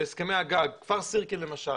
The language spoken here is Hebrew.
בהסכמי הגג, כפר סירקין למשל,